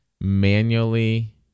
manually